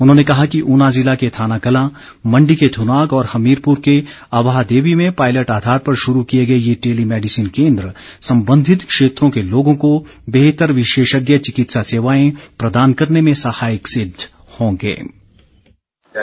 उन्होंने कहा कि ऊना ज़िला के थाना कलां मण्डी के थुनाग और हमीरपुर के अवाहदेवी में पायलट आधार पर शुरू किए गए ये टेली मेडिसिन केन्द्र संबंधित क्षेत्रों के लोगों को बेहतर विशेषज्ञ चिकित्सा सेवाएं प्रदान करने में सहायक सिद्ध होंगे